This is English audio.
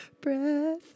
Breath